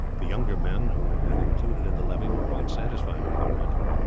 the younger men who had been included in the levy were quite satisfied with the arrangement.